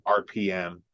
RPM